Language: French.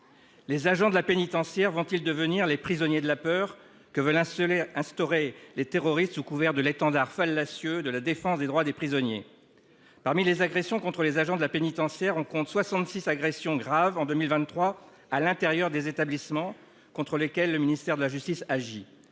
Les agents de la pénitentiaire vont-ils devenir les prisonniers de la peur que veulent instaurer les terroristes sous couvert de l'étendard fallacieux de la défense des droits des prisonniers ? Parmi les agressions contre les agents de la pénitentiaire, on compte 66 agressions graves en 2023 à l'intérieur des établissements contre lesquels le ministère de la Justice agit.